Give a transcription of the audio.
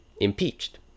impeached